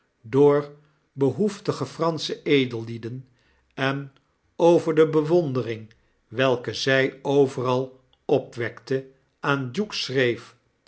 door behoeftige fransche edellieden en over de bewondering welke zij overal opwekte aan duke schreef